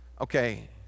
okay